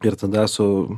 ir tada su